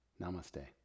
namaste